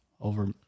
over